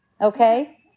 Okay